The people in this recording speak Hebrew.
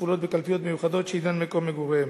כפולות בקלפיות מיוחדות שאינן במקום מגוריהם.